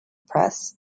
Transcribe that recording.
press